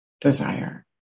desire